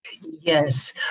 Yes